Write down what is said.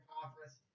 Conference